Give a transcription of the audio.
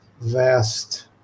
vast